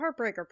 heartbreaker